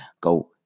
Go